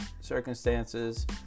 circumstances